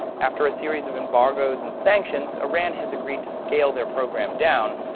after a series of embargos and sanctions, iran has agreed to scale their program down.